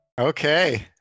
Okay